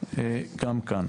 גם כאן.